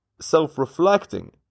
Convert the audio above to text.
self-reflecting